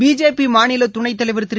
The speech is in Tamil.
பிஜேபி மாநில துணைத் தலைவர் திரு